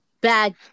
Bad